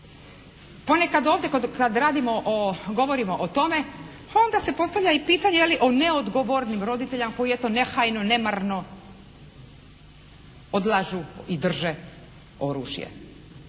Ponekad ovdje kad radimo o, govorimo o tome onda se postavlja i pitanje je li o neodgovornim roditeljima koji eto nehajno, nemarno odlažu i drže oružje.